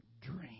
dream